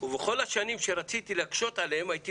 ובכל השנים שרציתי להקשות עליהם הייתי